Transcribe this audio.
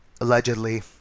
allegedly